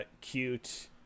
cute